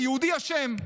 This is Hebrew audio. היהודי אשם.